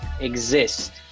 exist